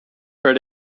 per